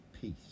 peace